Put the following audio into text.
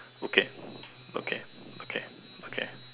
okay okay okay okay